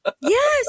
Yes